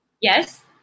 yes